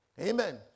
Amen